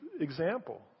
example